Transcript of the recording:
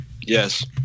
Yes